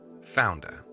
Founder